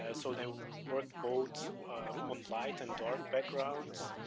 ah so they work both on light and dark backgrounds,